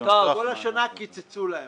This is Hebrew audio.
אלפי שקלים במזומן ו-25,600 אלפי שקלים בהרשאה